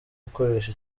gukoresha